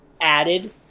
added